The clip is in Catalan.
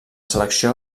selecció